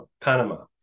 Panama